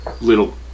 little